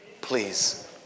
Please